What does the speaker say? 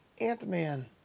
Ant-Man